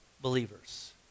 believers